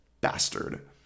Bastard